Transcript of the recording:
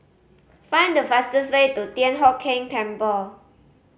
find the fastest way to Thian Hock Keng Temple